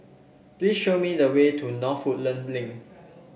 please show me the way to North Woodland Link